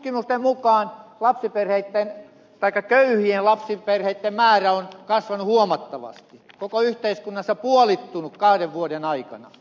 tutkimusten mukaan köyhien lapsiperheitten määrä on kasvanut huomattavasti koko yhteiskunnassa kaksinkertaistunut kahden vuoden aikana